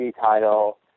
title –